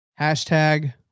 hashtag